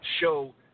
show –